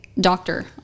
doctor